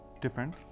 different